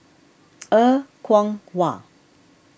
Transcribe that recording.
Er Kwong Wah